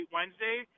Wednesday